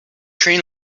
train